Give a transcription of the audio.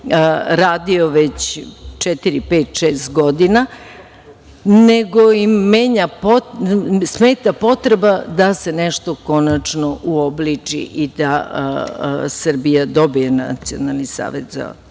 pet, šest godina, nego im smeta potreba da se nešto konačno uobliči i da Srbija dobije Nacionalni savet za